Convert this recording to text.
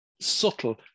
subtle